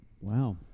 wow